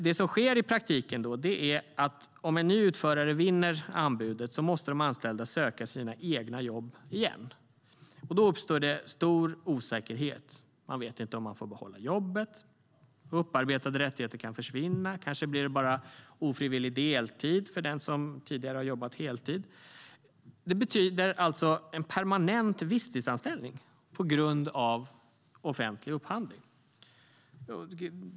Det som sker i praktiken är att om en ny utförare vinner anbudet måste de anställda söka sina egna jobb igen. Då uppstår stor osäkerhet. Man vet inte om man får behålla jobbet, upparbetade rättigheter kan försvinna, och kanske blir det bara ofrivillig deltid för den som har jobbat heltid. Det betyder alltså permanent visstidsanställning på grund av offentlig upphandling.